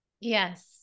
Yes